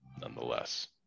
nonetheless